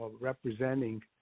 representing